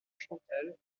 chantelle